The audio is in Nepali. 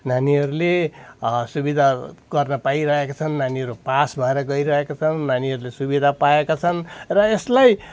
नानीहरूले सुविधा गर्न पाइरहेका छन् नानीहरू पास भएर गइरहेका छन् नानीहरूले सुविधा पाएका छन् र यसलाई